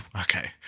okay